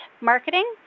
Marketing